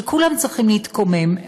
וכולם צריכים להתקומם,